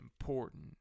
important